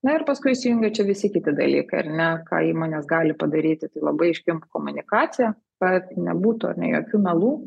na ir paskui įsujungia čia visi kiti dalykai ar ne ką įmonės gali padaryti tai labai aiški komunikacija kad nebūtų jokių melų